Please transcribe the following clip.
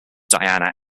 diana